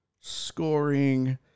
scoring